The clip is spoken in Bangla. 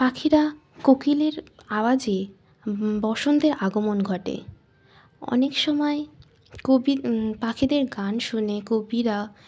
পাখিরা কোকিলের আওয়াজে বসন্তের আগমন ঘটে অনেক সময় কবি পাখিদের গান শুনে কবিরা